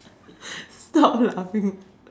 stop laughing